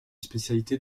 spécialité